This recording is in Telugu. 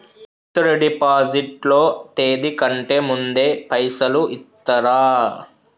ఫిక్స్ డ్ డిపాజిట్ లో తేది కంటే ముందే పైసలు ఇత్తరా?